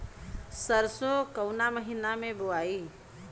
सरसो काउना महीना मे बोआई?